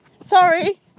Sorry